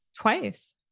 Twice